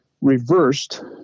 reversed